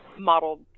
model